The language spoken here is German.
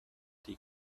die